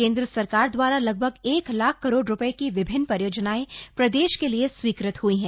केंद्र सरकार दवारा लगभग एक लाख करोड़ रूपए की विभिन्न परियोजनाएं प्रदेश के लिए स्वीकृत हई हैं